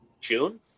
June